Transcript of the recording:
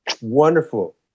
Wonderful